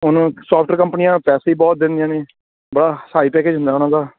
ਹੁਣ ਸੋਫਟਵੇਅਰ ਕੰਪਨੀਆਂ ਪੈਸੇ ਹੀ ਬਹੁਤ ਦਿੰਦੀਆਂ ਨੇ ਬੜਾ ਹਾਈ ਪੈਕਜ ਹੁੰਦਾ ਉਹਨਾਂ ਦਾ